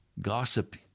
Gossip